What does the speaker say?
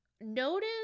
Notice